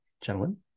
Gentlemen